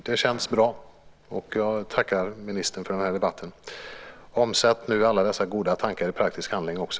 Det känns bra, och jag tackar ministern för den här debatten. Omsätt nu alla dessa goda tankar i praktisk handling också.